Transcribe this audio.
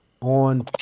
on